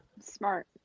smart